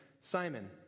Simon